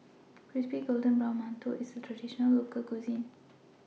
Crispy Golden Brown mantou IS A Traditional Local Cuisine